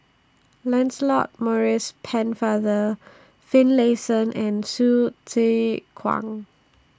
Lancelot Maurice Pennefather Finlayson and Hsu Tse Kwang